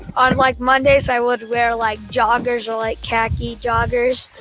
on like mondays i would wear like, joggers, or like khaki joggers.